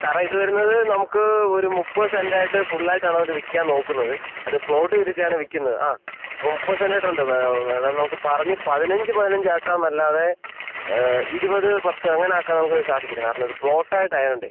സാറെ ഇത് വരുന്നത് നമുക്ക് ഒരു മുപ്പത് സെൻറ്റ് ആയിട്ട് ഫുൾ ആയിട്ടാണ് അവർ വിൽക്കാൻ നോക്കുന്നത് അത് പ്ലോട്ട് തിരിച്ച് ആണ് വിൽക്കുന്നത് ആ അപ്പോൾ മുപ്പത് സെൻറ്റ് ആയിട്ട് ഉണ്ട് വേണമെങ്കിൽ നമുക്ക് പറഞ്ഞ് പതിനഞ്ച് പതിനഞ്ച് ആക്കാമെന്ന് അല്ലാതെ ഇരുപത് പത്ത് അങ്ങനെ ആക്കാൻ നമുക്ക് സാധിക്കില്ല കാരണം ഇത് പ്ലോട്ട് ആയിട്ട് ആയതുകൊണ്ടേ